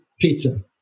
pizza